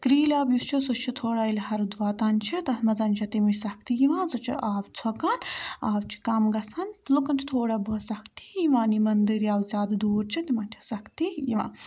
کرٛیٖلۍ آب یُس چھِ سُہ چھُ تھوڑا ییٚلہِ ہَرُد واتان چھِ تَتھ منٛز چھےٚ تَمِچ سَختی یِوان سُہ چھِ آب ژھۄکان آب چھِ کَم گژھان تہٕ لُکَن چھِ تھوڑا بہت سختی یِوان یِمَن دٔریاو زیادٕ دوٗر چھِ تِمَن چھےٚ سختی یِوان